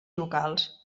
locals